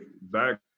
back